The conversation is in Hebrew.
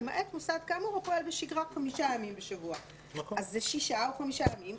למעט מוסד כאמור הפועל בשגרה חמישה ימים בשבוע." זה שישה או חמישה ימים.